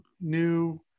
new